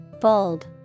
Bold